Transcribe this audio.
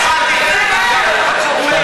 לא, תוקפים פה את בית-המשפט.